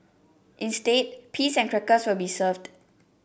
instead peas and crackers will be served